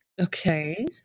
okay